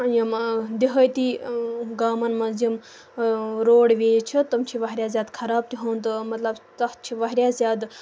یِم دیہٲتی گامَن منٛز یِم روڈ ویز چھِ تم چھِ واریاہ زیادٕ خراب تِہُنٛد مطلب تَتھ چھِ واریاہ زیادٕ